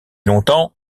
longtemps